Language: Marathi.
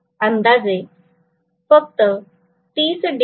अंदाजे फक्त 30 डिग्री